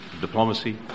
diplomacy